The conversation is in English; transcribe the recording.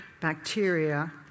bacteria